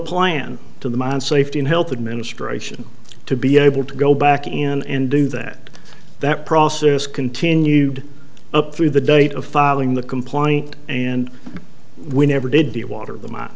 plan to the mine safety and health administration to be able to go back in do that that process continued up through the date of filing the complaint and we never did the water the my